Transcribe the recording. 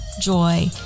joy